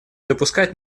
допускать